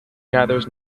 gathers